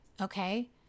Okay